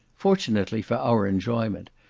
fortunately for our enjoyment,